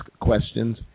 questions